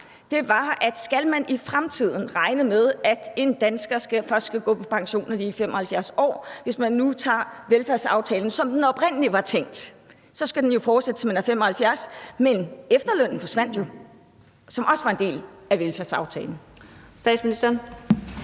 gik på: Skal man i fremtiden regne med, at danskere først skal kunne gå på pension, når de er 75 år? Hvis vi nu tager velfærdsaftalen, som den oprindelig var tænkt, skal man fortsætte, til man er 75 år, men efterlønnen, som også var en del af velfærdsaftalen,